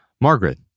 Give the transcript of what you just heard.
Margaret